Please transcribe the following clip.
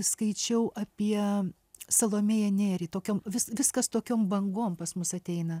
skaičiau apie salomėją nėrį tokiom vis viskas tokiom bangom pas mus ateina